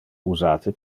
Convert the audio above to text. usate